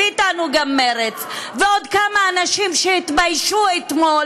ואתנו גם מרצ ועוד כמה אנשים שהתביישו אתמול